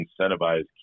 incentivize